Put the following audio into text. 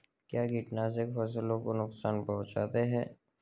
क्या कीटनाशक फसलों को नुकसान पहुँचाते हैं?